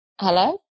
Hello